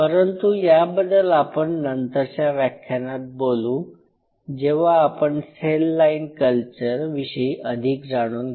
परंतु याबद्दल आपण नंतरच्या व्याख्यानात बोलू जेव्हा आपण सेल लाईन कल्चर विषयी अधिक जाणून घेऊ